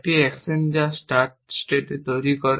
একটি অ্যাকশন যা start state তৈরি করে